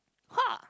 ha